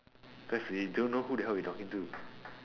cause we don't know who the hell we talking to